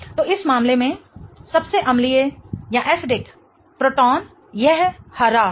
तो इस मामले में सबसे अम्लीय प्रोटॉन यह हरा है